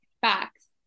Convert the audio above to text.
facts